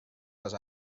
les